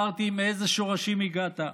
אמרתי מאילו שורשים הגעת.